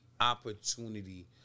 opportunity